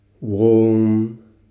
warm